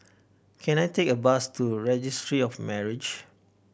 can I take a bus to Registry of Marriages